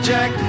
Jack